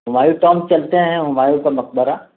Humayun tomb چلتے ہیں ہمایوں کا مقبرہ